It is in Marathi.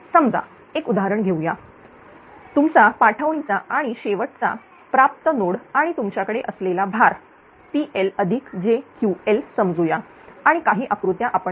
समजा एक उदाहरण घेऊयातुमचा पाठवणी चा आणि शेवटचा प्राप्त नोड आणि तुमच्याकडे असलेला भार PLjQLसमजूया आणि काही आकृत्या आपण घेतल्या आहेत